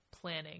planning